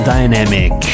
Dynamic